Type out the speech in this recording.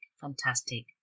fantastic